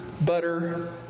butter